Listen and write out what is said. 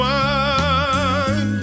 one